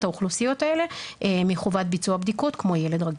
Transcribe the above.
האוכלוסיות האלה מחובת ביצוע בדיקות כמו ילד רגיל.